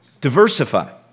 Diversify